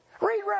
Read